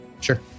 Sure